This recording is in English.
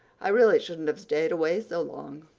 i really shouldn't have stayed away so long.